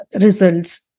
results